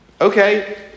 Okay